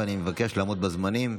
ואני מבקש לעמוד בזמנים.